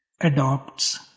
adopts